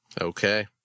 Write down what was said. Okay